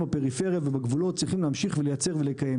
בפריפריה ובגבולות צריכים להמשיך לייצר ולקיים.